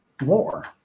war